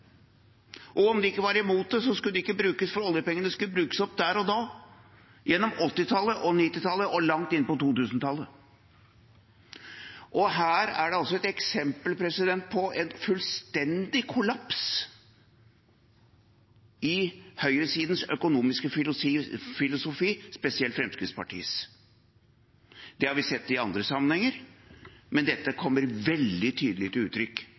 ikke var imot det, skulle det ikke brukes slik, for oljepengene skulle brukes opp der da – gjennom 1980-tallet, 1990-tallet og langt inn på 2000-tallet. Dette er et eksempel på en fullstendig kollaps i høyresidens økonomiske filosofi, spesielt Fremskrittspartiets. Vi har sett det i andre sammenhenger, men det kommer veldig tydelig til uttrykk